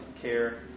care